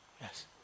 Yes